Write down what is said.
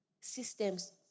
Systems